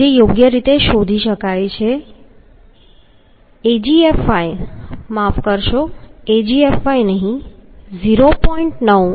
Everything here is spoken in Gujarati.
જે યોગ્ય રીતે શોધી શકાય છે Agfy માફ કરશો Agfy નહીં 0